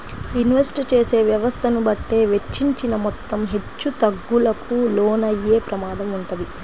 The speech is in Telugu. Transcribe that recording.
ఇన్వెస్ట్ చేసే వ్యవస్థను బట్టే వెచ్చించిన మొత్తం హెచ్చుతగ్గులకు లోనయ్యే ప్రమాదం వుంటది